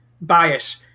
bias